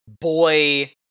Boy